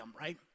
right